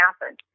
happen